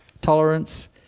tolerance